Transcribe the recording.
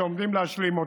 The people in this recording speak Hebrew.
שעומדים להשלים,